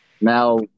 now